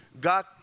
God